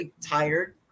tired